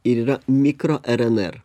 ir yra mikro rnr